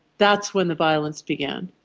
that's when the violence began.